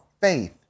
faith